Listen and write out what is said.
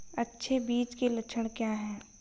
अच्छे बीज के लक्षण क्या हैं?